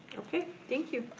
okay, thank you.